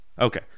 Okay